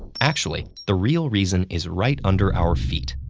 actually, the real reason is right under our feet.